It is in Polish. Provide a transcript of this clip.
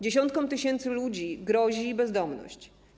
Dziesiątkom tysięcy ludzi grozi bezdomność.